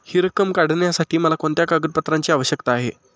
हि रक्कम काढण्यासाठी मला कोणत्या कागदपत्रांची आवश्यकता आहे?